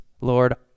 lord